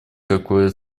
какое